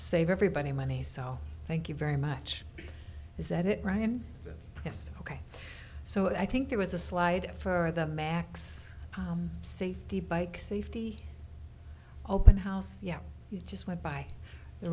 save everybody money so thank you very much is that it brian yes ok so i think it was a slide for the max safety bike safety open house yeah you just went by the